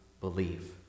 believe